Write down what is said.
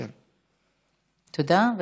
תודה.